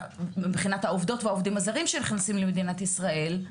מבחינת העובדות והעובדים הזרים שנכנסים למדינת ישראל,